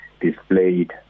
displayed